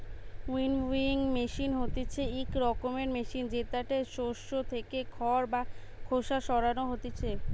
winnowing machine হতিছে ইক রকমের মেশিন জেতাতে শস্য থেকে খড় বা খোসা সরানো হতিছে